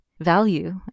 value